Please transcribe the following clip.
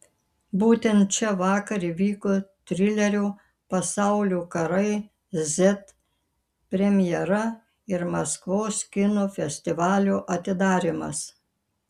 būtent čia vakar įvyko trilerio pasaulių karai z premjera ir maskvos kino festivalio atidarymas